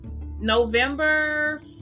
November